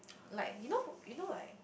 like you know you know like